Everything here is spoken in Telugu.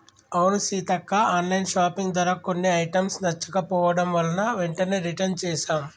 అవును సీతక్క ఆన్లైన్ షాపింగ్ ధర కొన్ని ఐటమ్స్ నచ్చకపోవడం వలన వెంటనే రిటన్ చేసాం